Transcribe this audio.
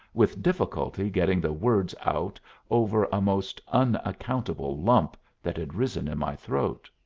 with difficulty getting the words out over a most unaccountable lump that had arisen in my throat.